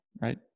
right